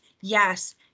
yes